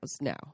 Now